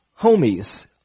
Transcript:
homies